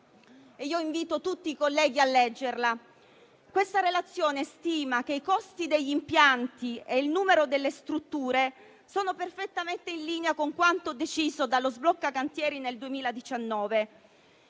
che invito tutti i colleghi a leggere. Tale relazione stima che i costi degli impianti e il numero delle strutture sono perfettamente in linea con quanto deciso dallo sblocca cantieri nel 2019.